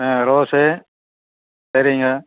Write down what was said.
ஆ rose சரிங்க